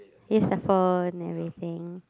use your phone everything